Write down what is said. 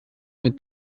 mit